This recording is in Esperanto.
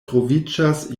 troviĝas